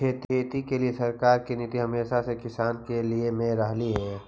खेती के लिए सरकार की नीति हमेशा से किसान के हित में रहलई हे